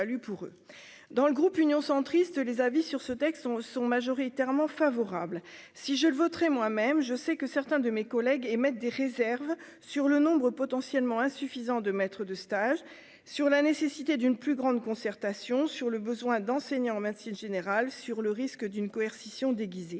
dans le groupe Union centriste, les avis sur ce texte sont sont majoritairement favorables, si je le voterai moi même, je sais que certains de mes collègues, émettent des réserves sur le nombre potentiellement insuffisants de maître de stage sur la nécessité d'une plus grande concertation sur le besoin d'enseignants en médecine générale sur le risque d'une coercition déguisé